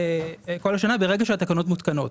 ברגע שהתקנות מותקנות.